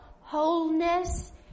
wholeness